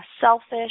selfish